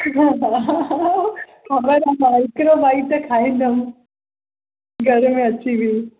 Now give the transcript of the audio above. हा हा ख़बरु आहे मां हिकिड़ो बाइट त खाईंदमि घर में अची बि